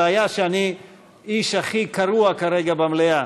הבעיה היא שאני האיש הכי קרוע כרגע במליאה.